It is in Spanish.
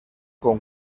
con